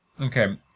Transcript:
Okay